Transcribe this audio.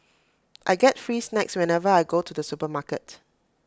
I get free snacks whenever I go to the supermarket